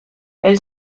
elle